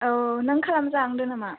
औ औ नों खालाम जाहांदों नामा